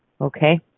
Okay